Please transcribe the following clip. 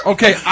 Okay